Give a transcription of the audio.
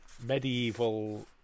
medieval